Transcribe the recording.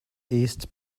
east